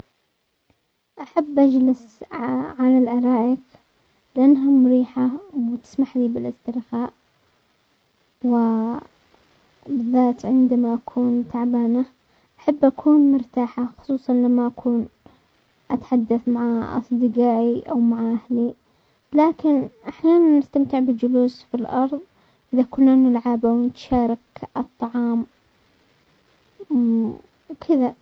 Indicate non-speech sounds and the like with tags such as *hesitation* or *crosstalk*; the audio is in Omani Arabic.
احب اجلس علي الارائك، لانها مريحة وتسمح لي بالاسترخاء، وبالذات عندما اكون تعبانة احب اكون مرتاحة خصوصا لما اكون اتحدث مع اصدقائي او مع اهلي، لكن احيانا استمتع بالجلوس في الارض اذا كنا نلعب او نتشارك الطعام *hesitation* وكدا.